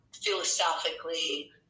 philosophically